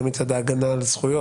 גם מצד ההגנה על זכויות,